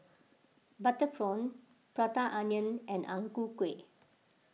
Butter Prawn Prata Onion and Ang Ku Kueh